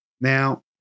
Now